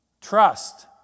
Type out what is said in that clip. Trust